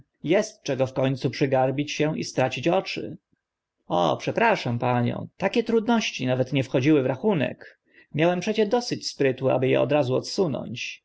czego w końcu przygarbić się i stracić oczy o przepraszam panią takie trudności nawet nie wchodziły w rachunek miałem przecie dosyć sprytu aby e od